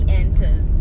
enters